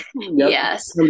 Yes